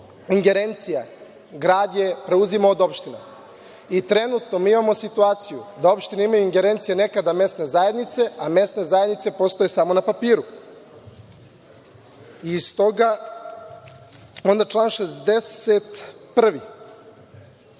ingerencija grad preuzimao od opština. Trenutno mi imamo situaciju da opštine imaju ingerencije nekada mesne zajednice, a mesne zajednice postoje samo na papiru. Stoga član 161.